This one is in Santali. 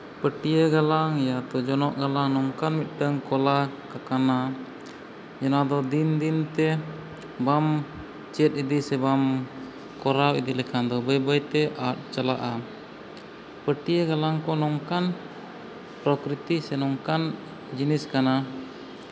ᱯᱟᱹᱴᱭᱟᱹ ᱜᱟᱞᱟᱝ ᱭᱟᱛᱚ ᱡᱚᱱᱚᱜ ᱜᱟᱞᱟᱝ ᱱᱚᱝᱠᱟᱱ ᱢᱤᱫᱴᱟᱝ ᱠᱚᱞᱟ ᱠᱟᱱᱟ ᱚᱱᱟᱫᱚ ᱫᱤᱱ ᱫᱤᱱ ᱛᱮ ᱵᱟᱢ ᱪᱮᱫ ᱤᱫᱤ ᱥᱮ ᱵᱟᱢ ᱠᱚᱨᱟᱣ ᱤᱫᱤ ᱞᱮᱠᱷᱟᱱ ᱫᱚ ᱵᱟᱹᱭ ᱵᱟᱹᱭᱛᱮ ᱟᱫ ᱪᱟᱞᱟᱜᱼᱟ ᱯᱟᱹᱴᱭᱟᱹ ᱜᱟᱞᱟᱝ ᱠᱚ ᱱᱚᱝᱠᱟᱱ ᱯᱨᱚᱠᱤᱛᱤ ᱥᱮ ᱱᱚᱝᱠᱟᱱ ᱡᱤᱱᱤᱥ ᱠᱟᱱᱟ